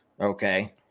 Okay